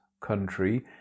country